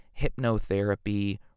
hypnotherapy